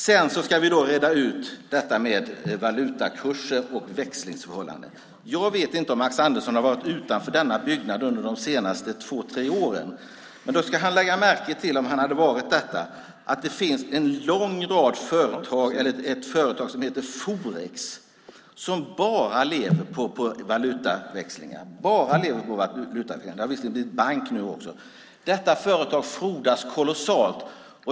Sedan ska vi reda ut detta med valutakurser och växlingsförhållanden. Jag vet inte om Max Andersson har varit utanför denna byggnad under de senaste två tre åren. Men om han har varit det har han lagt märke till att det finns ett företag som heter Forex och som lever på valutaväxling; det har visserligen blivit bank nu också. Detta företag frodas kolossalt.